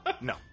No